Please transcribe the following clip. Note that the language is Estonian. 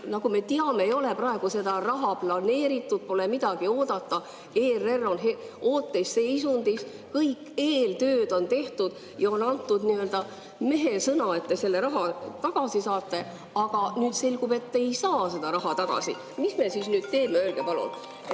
Nagu me teame, ei ole praegu seda raha planeeritud, pole midagi oodata. ERR on ooteseisundis, kõik eeltööd on tehtud ja on antud nii-öelda mehesõna, et nad saavad selle raha tagasi, aga nüüd selgub, et ei saa seda raha tagasi. Mis me siis nüüd teeme? Öelge palun,